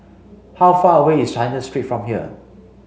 how far away is China Street from here